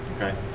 okay